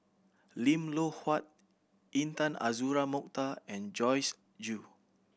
Lim Loh Huat Intan Azura Mokhtar and Joyce Jue